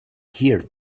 here